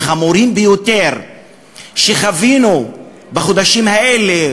החמורים ביותר שחווינו בחודשים האלה,